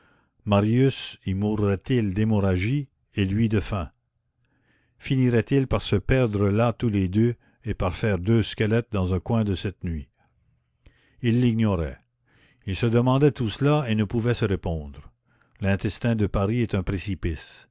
marius y mourrait il d'hémorragie et lui de faim finiraient ils par se perdre là tous les deux et par faire deux squelettes dans un coin de cette nuit il l'ignorait il se demandait tout cela et ne pouvait se répondre l'intestin de paris est un précipice